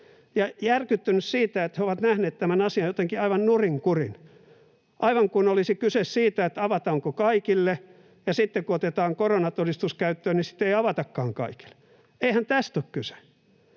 ja järkyttynyt siitä, että he ovat nähneet tämän asian jotenkin aivan nurin kurin, aivan kuin olisi kyse siitä, avataanko kaikille, ja sitten kun otetaan koronatodistus käyttöön, ei avatakaan kaikille. Eihän tässä siitä ole kyse.